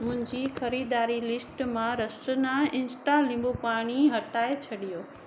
मुंहिंजी ख़रीदारी लिस्ट मां रसना इंस्टा नींबूपानी हटाए छॾियो